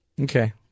Okay